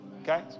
Okay